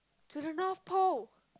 to the north pole